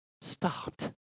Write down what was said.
stopped